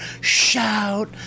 shout